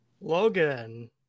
Logan